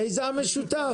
מיזם משותף,